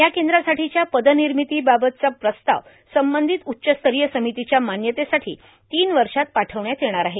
या केंद्रासाठीच्या पदनिर्मितीबाबतचा प्रस्ताव संबंधित उच्चस्तरीय समितीच्या मान्यतेसाठी तीन वर्षात पाठविण्यात येणार आहे